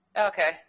Okay